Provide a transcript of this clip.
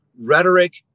rhetoric